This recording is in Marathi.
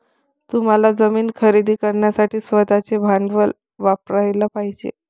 तुम्हाला जमीन खरेदी करण्यासाठी स्वतःचे भांडवल वापरयाला पाहिजे